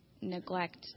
neglect